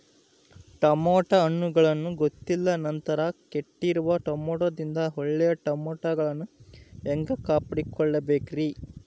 Tomato ಹಣ್ಣುಗಳನ್ನ ಗೊತ್ತಿಲ್ಲ ನಂತರ ಕೆಟ್ಟಿರುವ ಟಮಾಟೊದಿಂದ ಒಳ್ಳೆಯ ಟಮಾಟೊಗಳನ್ನು ಹ್ಯಾಂಗ ಕಾಪಾಡಿಕೊಳ್ಳಬೇಕರೇ?